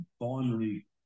binary